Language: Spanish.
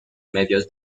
medios